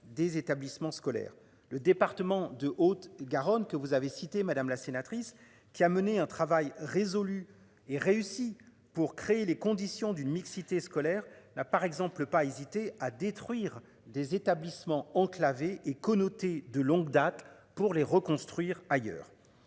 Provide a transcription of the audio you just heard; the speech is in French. des établissements scolaires. Le département de Haute Garonne que vous avez cité madame la sénatrice, qui a mené un travail résolu et réussi pour créer les conditions d'une mixité scolaire. Là par exemple pas hésité à détruire des établissements enclavé est connoté de longue date pour les reconstruire ailleurs.